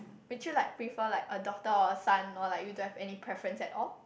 would you like prefer like a daughter or a son or like you don't have any preference at all